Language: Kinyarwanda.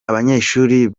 abanyeshuri